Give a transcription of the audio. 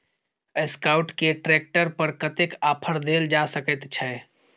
Escort के tractor पर कतेक ऑफर दैल जा सकेत छै?